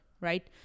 right